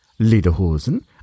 lederhosen